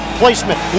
placement